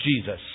Jesus